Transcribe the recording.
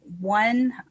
One